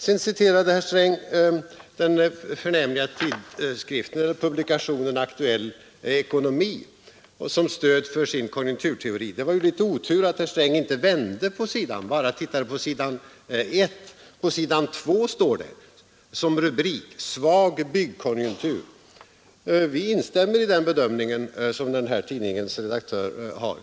Sedan citerade herr Sträng den förnämliga publikationen Aktuell ekonomi som stöd för sin konjunkturteori. Det var litet otur att herr Sträng inte vände på sidan utan bara tittade på s. 1. På s. 2 står det som rubrik: Svag byggkonjunktur. Vi instämmer i den bedömning som tidningens redaktör har.